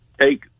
take –